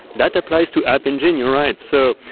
that applies to app engine. you're right. so,